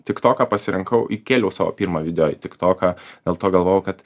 tiktoką pasirinkau įkėliau savo pirmą video į tiktoką dėl to galvojau kad